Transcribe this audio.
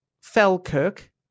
Falkirk